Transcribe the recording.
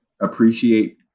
appreciate